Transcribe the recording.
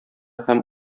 һәм